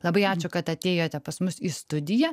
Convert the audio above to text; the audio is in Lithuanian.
labai ačiū kad atėjote pas mus į studiją